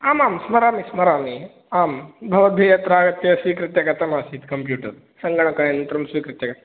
आमां स्मरामि स्मरामि आं भवद्भिः अत्र आगत्य स्वीकृत्य गतमासीत् कम्प्यूटर् सङ्गणकयन्त्रं स्वीकृत्य